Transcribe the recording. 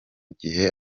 gihe